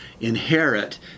inherit